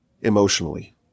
emotionally